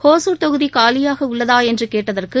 ஒசூர் தொகுதி காலியாக உள்ளதா என்று கேட்டதற்கு